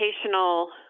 educational